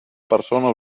persona